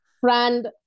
friend